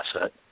asset